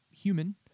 human